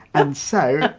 and so,